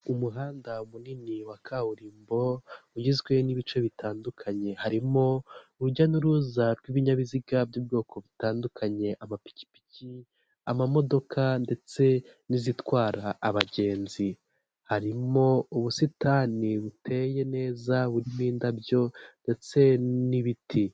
Umuhanda munini wa kaburimbo ugizwe n'ibice bitandukanye, harimo urujya n'uruza rw'ibinyabiziga by'ubwoko butandukanye, amapikipiki, amamodoka ndetse n'izitwara abagenzi, harimo ubusitani buteye neza burimo indabyo ndetse n'ibiti.